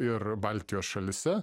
ir baltijos šalyse